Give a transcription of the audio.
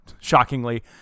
shockingly